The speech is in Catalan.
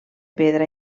pedra